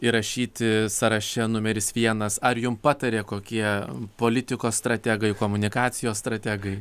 įrašyti sąraše numeris vienas ar jum pataria kokie politikos strategai komunikacijos strategai